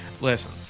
Listen